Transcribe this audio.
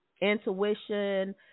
Intuition